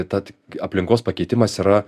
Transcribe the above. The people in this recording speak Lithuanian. tad aplinkos pakeitimas yra